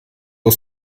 aus